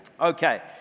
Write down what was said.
Okay